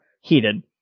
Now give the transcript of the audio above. heated